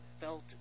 felt